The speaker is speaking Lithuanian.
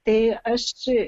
tai aš